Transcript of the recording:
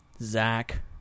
Zach